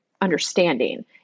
understanding